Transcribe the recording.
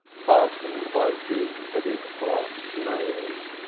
fastened by big-headed brass nails.